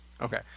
Okay